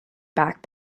back